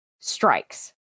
strikes